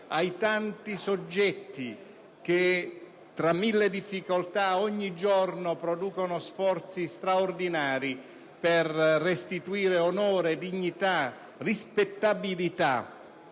ai tanti soggetti che, tra mille difficoltà, ogni giorno producono sforzi straordinari per restituire onore, dignità e rispettabilità